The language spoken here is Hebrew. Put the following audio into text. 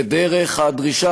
ודרך הדרישה